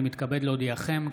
אני מתכבד להודיעכם,